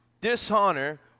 Dishonor